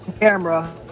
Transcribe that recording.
camera